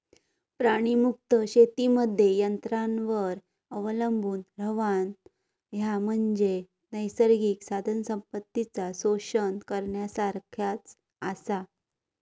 प्राणीमुक्त शेतीमध्ये यंत्रांवर अवलंबून रव्हणा, ह्या म्हणजे नैसर्गिक साधनसंपत्तीचा शोषण करण्यासारखाच आसा